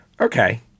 okay